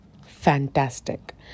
Fantastic